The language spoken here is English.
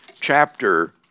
chapter